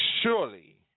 Surely